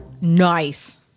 Nice